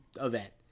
event